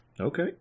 Okay